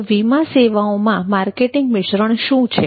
તો વીમા સેવાઓમાં માર્કેટિંગ મિશ્રણ શું છે